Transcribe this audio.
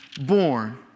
born